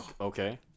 okay